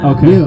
Okay